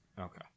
Okay